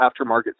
aftermarket